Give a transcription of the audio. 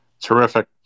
Terrific